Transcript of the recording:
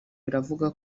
biravuga